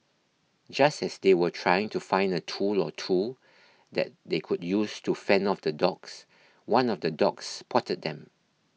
just as they were trying to find a tool or two that they could use to fend off the dogs one of the dogs spotted them